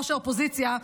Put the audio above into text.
ראש האופוזיציה,